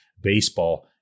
baseball